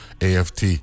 AFT